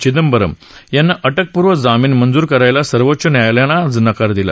चिदंबरम यांना अटकपूर्व जामीन मंजूर करायला सर्वोच्च न्यायालयानं आज नकार दिला